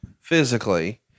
physically